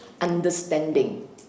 understanding